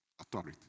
Authority